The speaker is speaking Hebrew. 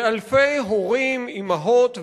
ואלפי הורים, אמהות ואבות,